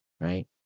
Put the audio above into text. right